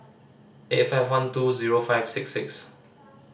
eight five one two zero five six six